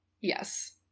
Yes